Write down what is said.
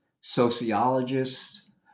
sociologists